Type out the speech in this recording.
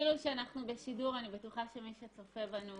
ואפילו שאנחנו בשידור אני בטוחה שמי שצופה בנו